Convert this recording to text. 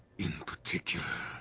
in particular,